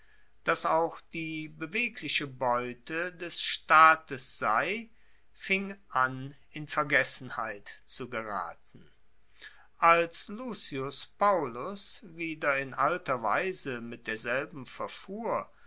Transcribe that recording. dass auch die bewegliche beute des staates sei fing an in vergessenheit zu geraten als lucius paullus wieder in alter weise mit derselben verfuhr